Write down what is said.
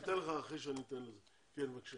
סגן השר